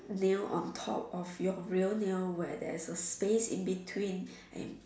nail on top of your real nail where there is a space in between and